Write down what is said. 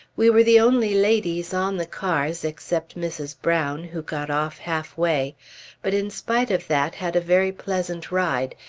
we were the only ladies on the cars, except mrs. brown, who got off halfway but in spite of that, had a very pleasant ride,